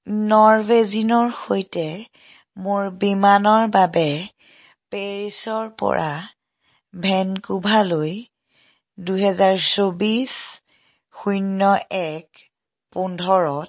নৰৱেজিনৰ সৈতে মোৰ বিমানৰ বাবে পেৰিছৰপৰা ভেনকুভাৰলৈ দুহেজাৰ চৌবিছ শূন্য এক পোন্ধৰত